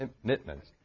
commitments